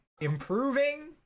improving